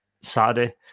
Saturday